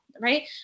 right